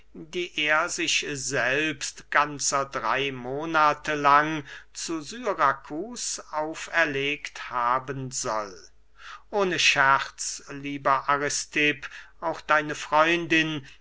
die er sich selbst ganzer drey monate lang zu syrakus auferlegt haben soll ohne scherz lieber aristipp auch deine freundin